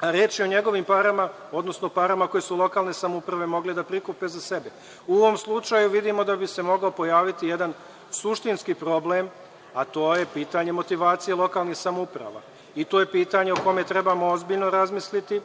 a reč je o njegovim parama, odnosno parama koje su lokalne samouprave mogle da prikupe za sebe. U ovom slučaju vidimo da bi se mogao pojaviti jedan suštinski problem, a to je pitanje motivacije lokalnih samouprava. To je pitanje o kome trebamo ozbiljno razmisliti